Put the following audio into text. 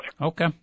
Okay